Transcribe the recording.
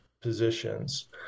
positions